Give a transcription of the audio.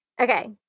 Okay